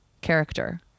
character